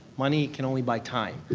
money can only buy time.